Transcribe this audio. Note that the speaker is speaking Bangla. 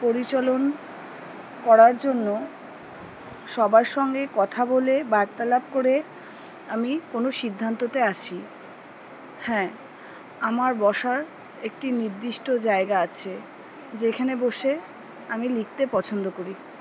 পরিচালন করার জন্য সবার সঙ্গে কথা বলে বার্তালাপ করে আমি কোনো সিদ্ধান্ততে আসি হ্যাঁ আমার বসার একটি নির্দিষ্ট জায়গা আছে যেখানে বসে আমি লিখতে পছন্দ করি